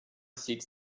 seeks